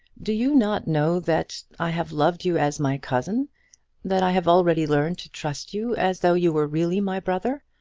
do you not know that i have loved you as my cousin that i have already learned to trust you as though you were really my brother?